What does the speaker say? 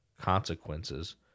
consequences